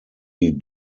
die